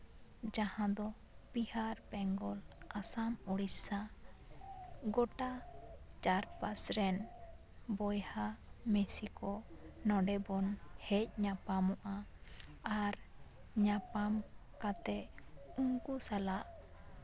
ᱡᱟᱦᱟᱸ ᱫᱚ ᱵᱤᱦᱟᱨ ᱵᱮᱝᱜᱚᱞ ᱟᱥᱟᱢ ᱳᱰᱤᱥᱟ ᱜᱳᱴᱟ ᱪᱟᱨᱯᱟᱥ ᱨᱮᱱ ᱵᱚᱭᱦᱟ ᱢᱤᱥᱤ ᱠᱚ ᱱᱚᱰᱮ ᱵᱚᱱ ᱦᱮᱡ ᱧᱟᱯᱟᱢᱚᱜᱼᱟ ᱟᱨ ᱧᱟᱯᱟᱢ ᱠᱟᱛᱮᱜ ᱩᱱᱠᱩ ᱥᱟᱞᱟᱜ